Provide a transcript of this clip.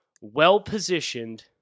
well-positioned